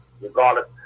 regardless